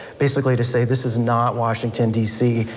basically to say this is not washington dc,